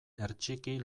hertsiki